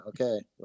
okay